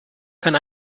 kann